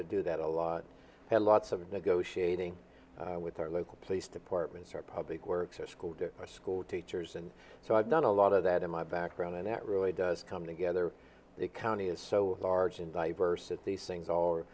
to do that a lot had lots of negotiating with our local police departments or public works or school or school teachers and so i've done a lot of that in my background and that really does come together the county is so large and diverse that these